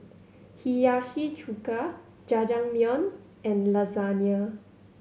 Hiyashi Chuka Jajangmyeon and Lasagne